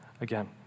again